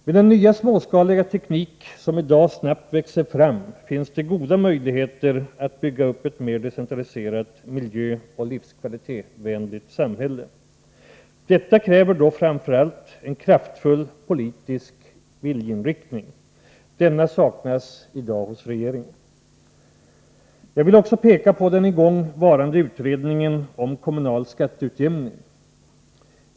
Med den nya småskaliga teknik som i dag snabbt växer fram finns det goda möjligheter att bygga upp ett mer decentraliserat miljöoch livskvalitetsvänligt samhälle. Detta kräver dock framför allt en kraftfull politisk viljeinriktning. Denna saknas i dag hos regeringen. Jag vill också peka på den pågående utredningen om kommunalskatteutjämning.